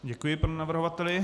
Děkuji panu navrhovateli.